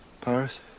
Paris